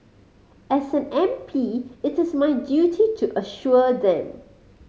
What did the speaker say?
as an M P it is my duty to assure them